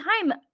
time